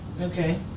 Okay